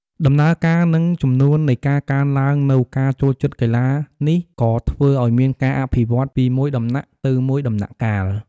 ដំណើរការនិងចំនួននៃការកើនឡើងនូវការចូលចិត្តកីឡានេះក៏ធ្វើឱ្យមានការអភិវឌ្ឍន៍ពីមួយដំណាក់ទៅមួយដំណាក់កាល។